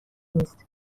نیست